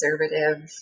conservative